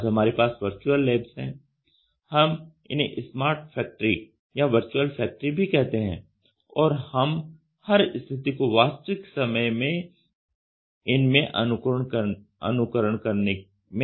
आज हमारे पास वर्चुअल लैब्स है हम इन्हें स्मार्ट फैक्ट्री या वर्चुअल फैक्ट्री भी कहते हैं और हम हर स्थिति को वास्तविक समय में इनमें अनुकरण करने में सक्षम है